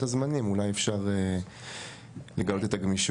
הזמנים אז אולי אפשר לגלות את הגמישות.